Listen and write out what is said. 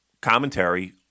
commentary